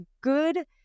good